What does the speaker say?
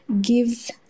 gives